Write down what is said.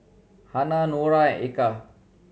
Hana Noah and Eka